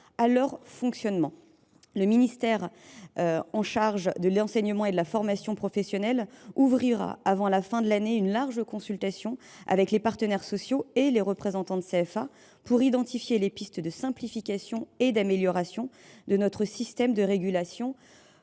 à leur fonctionnement. La ministre déléguée chargée de l’enseignement et de la formation professionnels ouvrira avant la fin de l’année une large consultation avec les partenaires sociaux et les représentants de CFA pour identifier les pistes de simplification et d’amélioration de notre système de régulation